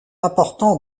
important